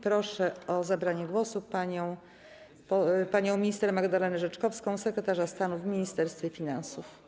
Proszę o zabranie głosu panią minister Magdalenę Rzeczkowską, sekretarz stanu w Ministerstwie Finansów.